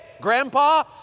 grandpa